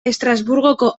estrasburgoko